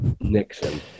Nixon